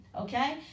okay